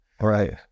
Right